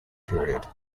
period